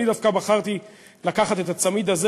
אני דווקא בחרתי לקחת את הצמיד הזה,